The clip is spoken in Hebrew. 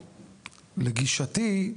לגישתי,